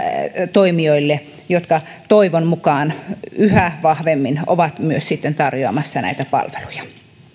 toimijoille jotka toivon mukaan yhä vahvemmin ovat myös tarjoamassa näitä palveluja